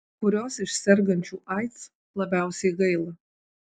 kurios iš sergančių aids labiausiai gaila